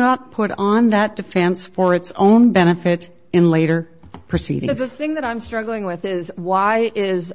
not put on that defense for its own benefit in later proceeding if the thing that i'm struggling with is why is